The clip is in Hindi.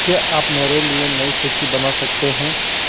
क्या आप मेरे लिए नई सूची बना सकते हैं